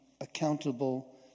accountable